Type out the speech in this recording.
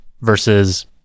versus